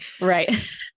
Right